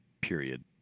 period